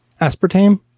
Aspartame